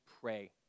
pray